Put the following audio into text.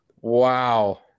Wow